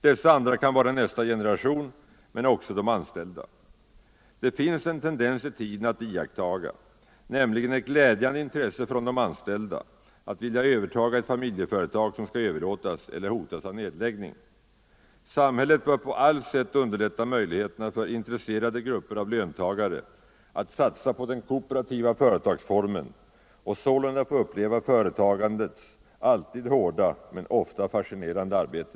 Dessa andra kan vara nästa generation men också de anställda. Det finns en tendens i tiden att iakttaga, nämligen ett glädjande intresse hos de anställda att vilja övertaga ett familjeföretag som skall överlåtas eller som hotas av nedläggning. Samhället bör på allt sätt underlätta möjligheterna för intresserade grupper av löntagare att satsa på den kooperativa företagsformen och sålunda få uppleva företagandets alltid hårda men ofta fascinerande arbete.